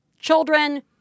children